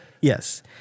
Yes